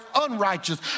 unrighteous